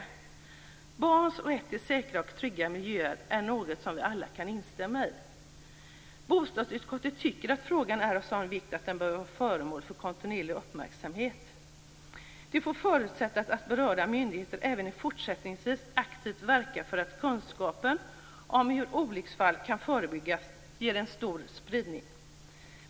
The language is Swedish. Att barn skall ha rätt till säkra och trygga miljöer är något som vi alla kan instämma i. Bostadsutskottet tycker att frågan är av sådan vikt att den bör vara föremål för kontinuerlig uppmärksamhet. Det får förutsättas att berörda myndigheter även fortsättningsvis aktivt verkar för att kunskapen om hur olycksfall kan förebyggas ges en stor spridning.